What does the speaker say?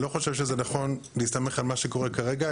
אני לא חושב שזה נכון להסתמך על מה שקורה כרגע,